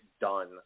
done